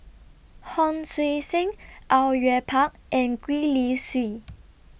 Hon Sui Sen Au Yue Pak and Gwee Li Sui